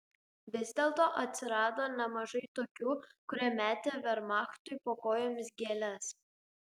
vis dėlto atsirado nemažai tokių kurie metė vermachtui po kojomis gėles